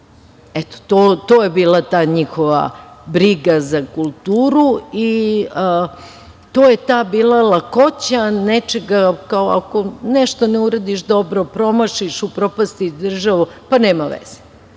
to je bila ta njihova briga za kulturu i to je bila ta lakoća, ako nešto ne uradiš dobro, promašiš, upropastiš državu, pa nema veze,